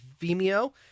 Vimeo